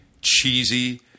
cheesy